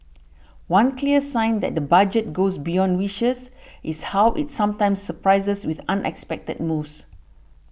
one clear sign that the Budget goes beyond wishes is how it sometimes surprises with unexpected moves